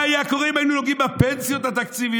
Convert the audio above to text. מה היה קורה אם היינו נוגעים בפנסיות התקציביות,